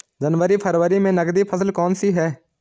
जनवरी फरवरी में नकदी फसल कौनसी है?